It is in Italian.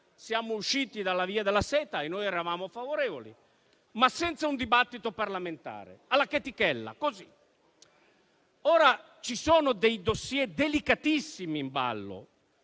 siamo usciti dalla Via della Seta, cui noi eravamo favorevoli, senza un dibattito parlamentare, alla chetichella, così. Ora ci sono dei *dossier* delicatissimi in ballo,